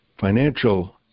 financial